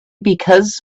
because